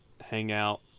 hangout